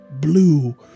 blue